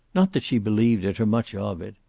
not that she believed it, or much of it.